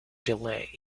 delay